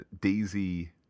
Daisy